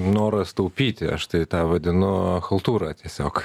noras taupyti aš tai tą vadinu haltūra tiesiog